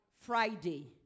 Friday